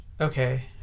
okay